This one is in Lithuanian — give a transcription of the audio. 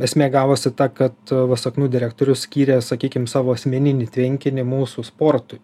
esmė gavosi ta kad vasaknų direktorius skyrė sakykim savo asmeninį tvenkinį mūsų sportui